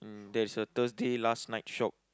mm there's a Thursday last night shop